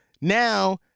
Now